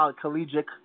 collegiate